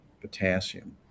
potassium